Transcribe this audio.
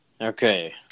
Okay